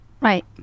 right